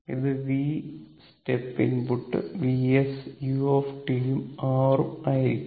ഇത് V step input Vs u ഉം R ഉം ആയിരിക്കും